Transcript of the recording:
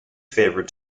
favored